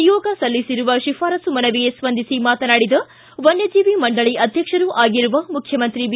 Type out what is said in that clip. ನಿಯೋಗ ಸಲ್ಲಿಸಿರುವ ಶಿಫಾರಸ್ಲು ಮನವಿಗೆ ಸ್ಪಂದಿಸಿ ಮಾತನಾಡಿದ ವನ್ನಜೀವಿ ಮಂಡಳಿ ಅಧ್ಯಕ್ಷರೂ ಆಗಿರುವ ಮುಖ್ಯಮಂತ್ರಿ ಬಿ